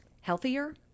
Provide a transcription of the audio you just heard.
healthier